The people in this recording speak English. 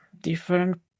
different